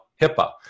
HIPAA